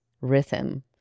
rhythm